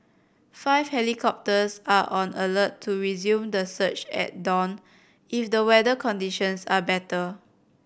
five helicopters are on alert to resume the search at dawn if the weather conditions are better